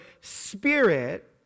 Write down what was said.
spirit